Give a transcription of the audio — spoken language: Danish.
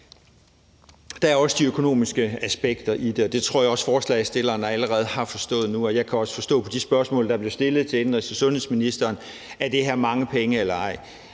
Der er også de økonomiske aspekter af det, og det tror jeg også forslagsstillerne har forstået nu. Det kan jeg forstå på de spørgsmål, der er blevet stillet til indenrigs- og sundhedsministeren, nemlig om det her koster mange penge eller ej.